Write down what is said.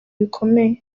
bikomeye